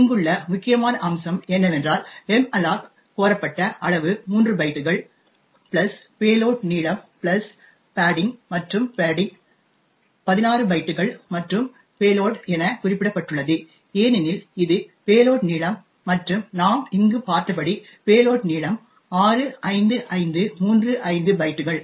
இங்குள்ள முக்கியமான அம்சம் என்னவென்றால் மல்லோக் கோரப்பட்ட அளவு 3 பைட்டுகள் பிளஸ் பேலோட் நீளம் பிளஸ் பேட்டிங் மற்றும் பேட்டிங் 16 பைட்டுகள் மற்றும் பேலோட் என குறிப்பிடப்பட்டுள்ளது ஏனெனில் இது பேலோட் நீளம் மற்றும் நாம் இங்கு பார்த்தபடி பேலோட் நீளம் 65535 பைட்டுகள்